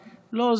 לא,